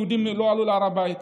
יהודים לא עלו להר הבית,